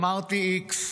אמרתי: x,